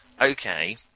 Okay